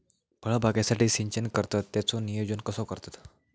फळबागेसाठी सिंचन करतत त्याचो नियोजन कसो करतत?